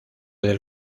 del